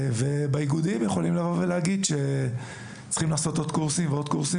באיגודים יכולים לבוא ולהגיד שצריך לעשות עוד ועוד קורסים.